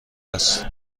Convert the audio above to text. است